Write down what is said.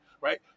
right